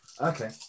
okay